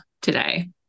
today